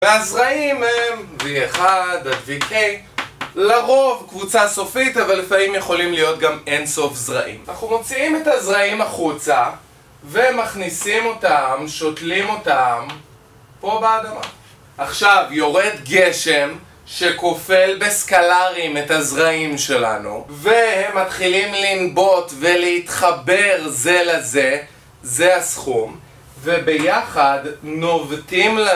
והזרעים הם V1 עד Vk לרוב קבוצה סופית אבל לפעמים יכולים להיות גם אינסוף זרעים. אנחנו מוציאים את הזרעים החוצה ומכניסים אותם, שותלים אותם פה באדמה עכשיו יורד גשם שכופל בסקלארים את הזרעים שלנו והם מתחילים לנבוט ולהתחבר זה לזה, זה הסכום וביחד נובטים לזה